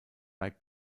bei